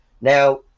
Now